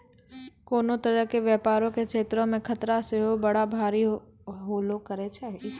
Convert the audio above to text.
कोनो तरहो के व्यपारो के क्षेत्रो मे खतरा सेहो बड़ा भारी होलो करै छै